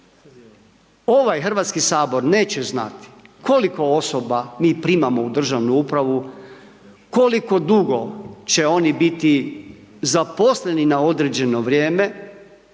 ovaj HS neće znati koliko osoba mi primamo u državnu upravu, koliko dugo će oni biti zaposleni na određeno vrijeme.